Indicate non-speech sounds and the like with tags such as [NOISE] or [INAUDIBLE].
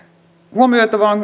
huomioitavaa on [UNINTELLIGIBLE]